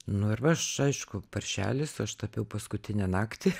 nu ir va aš aišku paršelis aš tapiau paskutinę naktį